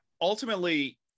Ultimately